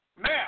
Now